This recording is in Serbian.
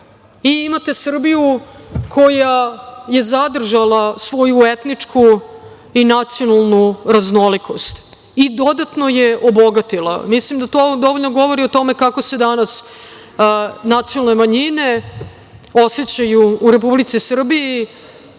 i imate Srbiju koja je zadržala svoju etničku i nacionalnu raznolikost i dodatno je obogatila. Mislim da to dovoljno govori o tome kako se danas nacionalne manjine osećaju u Republici Srbiji,